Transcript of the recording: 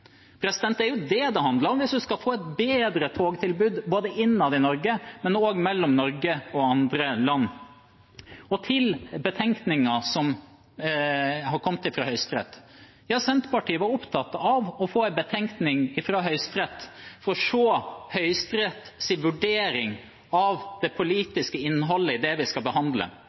Det er jo det det handler om hvis vi skal få et bedre togtilbud, både innad i Norge og også mellom Norge og andre land. Til betenkningen som har kommet fra Høyesterett: Senterpartiet var opptatt av å få en betenkning fra Høyesterett for å se Høyesteretts vurdering av det politiske innholdet i det vi skal behandle